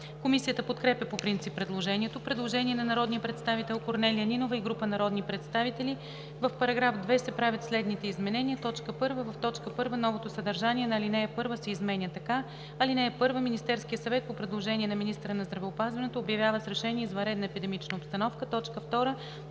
Комисията подкрепя по принцип предложението. Предложение на народния представител Корнелия Нинова и група народни представители: „В § 2 се правят следните изменения: 1. В т. 1 новото съдържание на ал. 1 се изменя така: „(1) Министерският съвет по предложение на министъра на здравеопазването обявява с решение извънредна епидемична обстановка.“ 2.